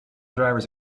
drivers